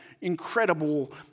incredible